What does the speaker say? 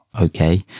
okay